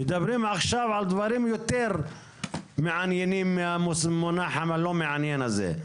עכשיו מדברים על דברים יותר מעניינים מהמונח הלא-מעניין הזה.